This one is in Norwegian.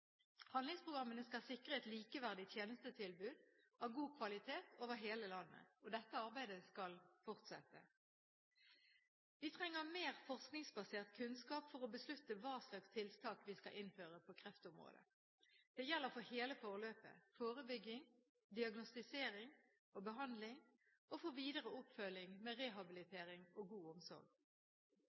Handlingsprogrammene skal sikre et likeverdig tjenestetilbud av god kvalitet over hele landet. Dette arbeidet skal fortsette. Vi trenger mer forskningsbasert kunnskap for å beslutte hva slags tiltak vi skal innføre på kreftområdet. Det gjelder for hele forløpet: forebygging, diagnostisering og behandling, og for videre oppfølging med rehabilitering og god omsorg.